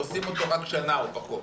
עושים אותו רק שנה או פחות.